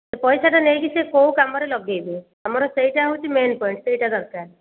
ପଇସାଟା ନେଇକି ସେ କେଉଁ କାମରେ ଲଗାଇବେ ଆମର ସେଇଟା ହୋଉଛି ମେନ୍ ପଏଣ୍ଟ୍ ସେଇଟା ଦରକାର